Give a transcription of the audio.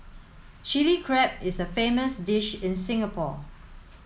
Chilli Crab is a famous dish in Singapore